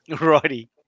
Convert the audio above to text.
Righty